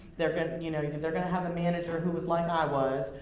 they're gonna, you know, you know they're gonna have a manager, who was like i was,